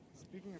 Speaking